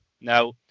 Now